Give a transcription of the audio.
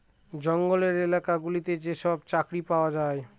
জঙ্গলের এলাকা গুলোতে যেসব চাকরি পাওয়া যায়